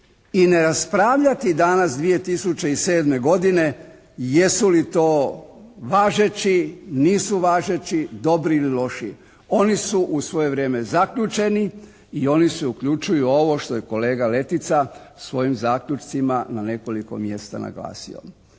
i ne raspravljati danas 2007. godine jesu li to važeći, nisu važeći, dobri ili loši. Oni su u svoje vrijeme zaključeni i oni se uključuju u ovo što je kolega Letica svojim zaključcima na nekoliko mjesta naglasio.